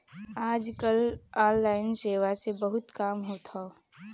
आज कल ऑनलाइन सेवा से बहुत काम होत हौ